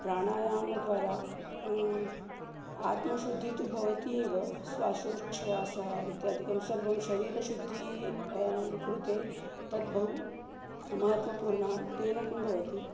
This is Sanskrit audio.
प्राणायामद्वारा आत्मशुद्धिः तु भवति एव श्वासोच्छ्वासः इत्यादिकं सर्वं शरीरशुद्धेः कृते तद् बहु महत्वपूर्णं तेन किं भवति